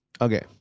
Okay